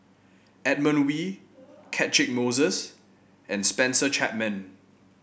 Edmund Wee Catchick Moses and Spencer Chapman